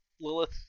Lilith